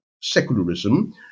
secularism